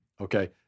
Okay